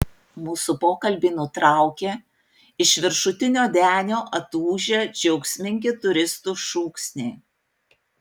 mūsų pokalbį nutraukė iš viršutinio denio atūžę džiaugsmingi turistų šūksniai